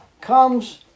comes